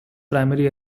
primary